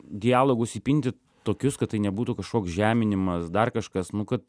dialogus įpinti tokius kad tai nebūtų kažkoks žeminimas dar kažkas nu kad